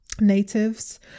natives